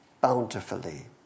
bountifully